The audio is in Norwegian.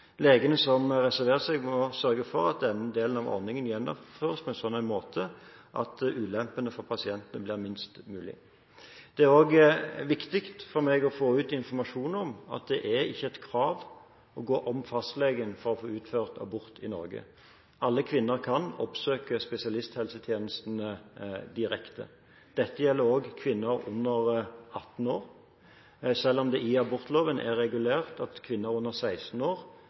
Legene som reserverer seg, må sørge for at denne delen av ordningen gjennomføres på en slik måte at ulempene for pasientene blir minst mulig. Det er også viktig for meg å få ut informasjon om at det ikke er et krav å gå om fastlegen for å få utført abort i Norge. Alle kvinner kan oppsøke spesialisthelsetjenesten direkte. Dette gjelder også kvinner under 18 år. I abortloven er det regulert slik at for kvinner under 16 år